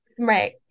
right